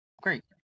Great